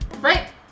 Right